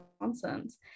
nonsense